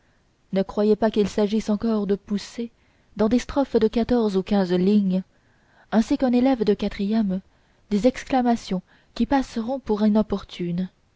ne croyez pas qu'il s'agisse encore de pousser dans des strophes de quatorze ou quinze lignes ainsi qu'un élève de quatrième des exclamations qui passeront pour inopportunes